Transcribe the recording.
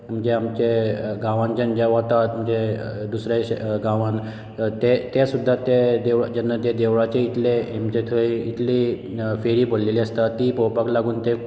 जे आमचे गांवांतल्यान जे दुसऱ्या गांवांत ते सुद्दां ते जेन्ना ते देवळाच्या थंय इतली फेरी भरलेली आसता ती पळोवपाक लागून ते